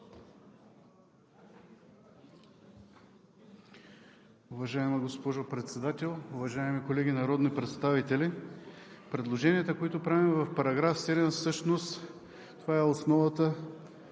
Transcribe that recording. Уважаема госпожо Председател, уважаеми колеги народни представители! Предложенията, които правим в § 7, всъщност това е основата